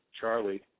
Charlie